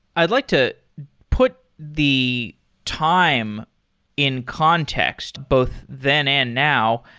i'd like to put the time in context both then and now.